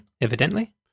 evidently